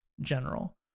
general